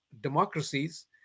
democracies